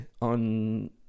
on